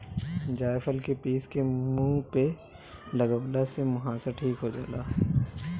जायफल के पीस के मुह पे लगवला से मुहासा ठीक हो जाला